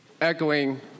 echoing